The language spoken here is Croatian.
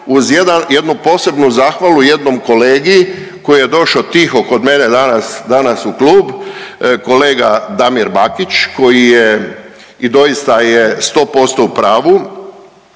jednu posebnu zahvalu jednom kolegi koji je došao tiho kod mene danas, danas u klub kolega Damir Bakić koji je i doista je 100% u pravu,